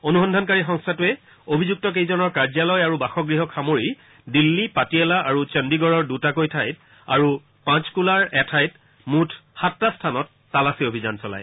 অনুসন্ধানকাৰী সংস্থাটোৱে অভিযুক্ত কেইজনৰ কাৰ্যালয় আৰু বাসগৃহক সামৰি দিন্নী পাটিয়ালা আৰু চণ্ডিগড়ৰ দুটাকৈ ঠাইত আৰু পাঁচকোলাৰ এঠাইত মূঠ সাতটা স্থানত তালাচী অভিযান চলায়